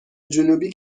جنوبی